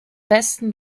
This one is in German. besten